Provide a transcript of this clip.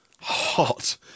hot